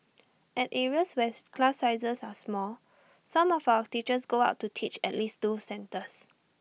at areas where class sizes are small some of our teachers go out to teach at least two centres